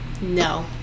No